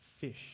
fish